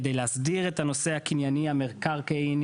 כדי להסדיר את הנושא הקנייני המקרקעיני